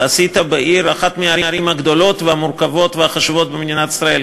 ועשית באחת הערים הגדולות והמורכבות והחשובות במדינת ישראל,